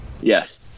yes